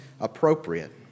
appropriate